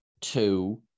two